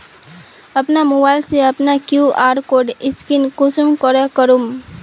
अपना मोबाईल से अपना कियु.आर कोड स्कैन कुंसम करे करूम?